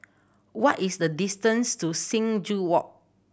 what is the distance to Sing Joo Walk